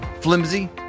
flimsy